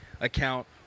account